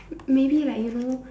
maybe like you know